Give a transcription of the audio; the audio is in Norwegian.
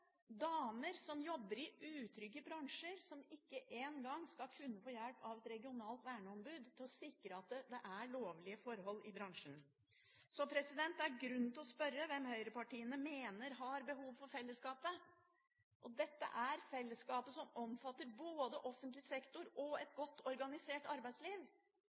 damer som jobber i utrygge bransjer, som ikke engang skal kunne få hjelp av et regionalt verneombud til å sikre at det er lovlige forhold i bransjen. Så det er grunn til å spørre hvem høyrepartiene mener har behov for fellesskapet. Dette fellesskapet omfatter både offentlig sektor og et godt organisert arbeidsliv.